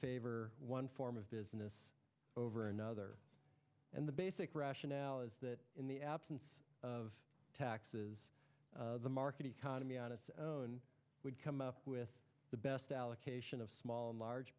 favor one form of business over another and the basic rationale is that in the absence of taxes the market economy on its own would come up with the best allocation of small and large